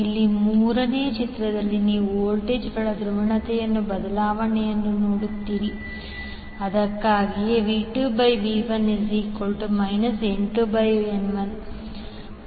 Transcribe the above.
ಇಲ್ಲಿ ಮೂರನೇ ಚಿತ್ರದಲ್ಲಿ ನೀವು ವೋಲ್ಟೇಜ್ಗಳ ಧ್ರುವೀಯತೆಯ ಬದಲಾವಣೆಯನ್ನು ನೋಡುತ್ತೀರಿ ಅದಕ್ಕಾಗಿಯೇ V2V1 N2N1